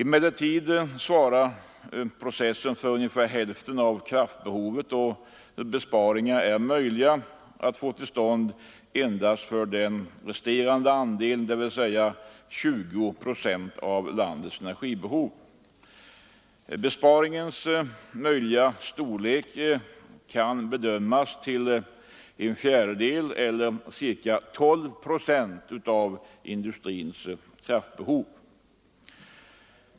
Emellertid svarar processen för ungefär hälften av kraftbehovet, och besparingar är möjliga att få till stånd endast för den resterande andelen, dvs. 20 procent av landets energibehov. Besparingens möjliga storlek kan bedömas till en fjärdedel eller ca 12 procent av industrins kraftbehov.